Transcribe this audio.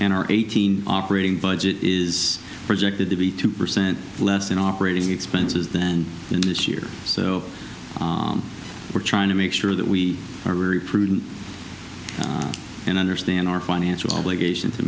and eighteen operating budget is projected to be two percent less in operating expenses then in this year so we're trying to make sure that we are very prudent and understand our financial obligations to